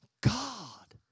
God